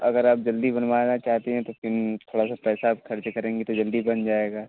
अगर आप जल्दी बनवाना चाहती हैं तो फिन थोड़ा सा पैसा ख़र्च करेंगी तो जल्दी बन जाएगा